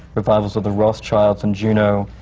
revivals of the rothschilds and juno.